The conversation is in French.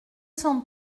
cent